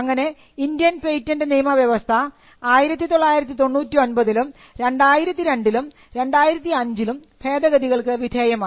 അങ്ങനെ Indian patent വ്യവസ്ഥ 1999 ലും 2002 ലും 2005ലും ഭേതഗതികൾക്ക് വിധേയമായി